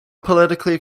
politically